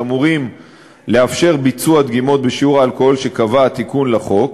שאמורים לאפשר ביצוע דגימות בשיעור האלכוהול שקבע התיקון לחוק,